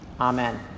Amen